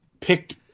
Picked